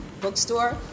Bookstore